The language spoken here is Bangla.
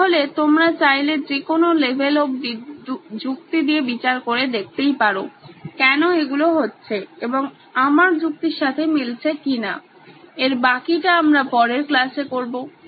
সুতরাং তোমরা চাইলে যে কোনো লেভেল অবধি যুক্তি দিয়ে বিচার করেদেখতেই পারো কেনো এগুলো হচ্ছে এবং আমার যুক্তির সাথে মিলছে কিনা এর বাকিটা আমরা পরের ক্লাসে করবো